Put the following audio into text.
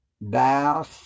thou